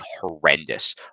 horrendous